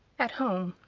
at home,